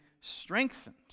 strengthened